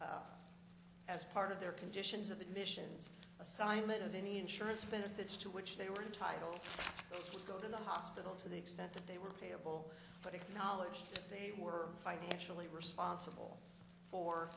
off as part of their conditions of admissions assignment of any insurance benefits to which they were entitled to go to the hospital to the extent that they were payable but acknowledged they were financially responsible for